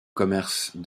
commerce